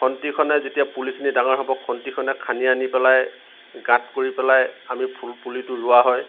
খন্তিখনে যেতিয়া পুলিখিনি ডাঙৰ হ'ব খন্তিখনে খান্দি আনি পেলাই গাঁত কৰি পেলাই আমি ফুল পুলিটো ৰোৱা হয়